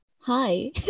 hi